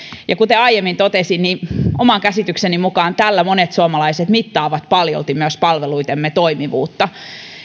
ja kuten aiemmin totesin niin oman käsitykseni mukaan tällä monet suomalaiset mittaavat paljolti myös palveluidemme toimivuutta